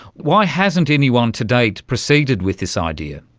why hasn't anyone to date proceeded with this idea?